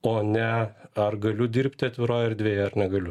o ne ar galiu dirbti atviroj erdvėje ar negaliu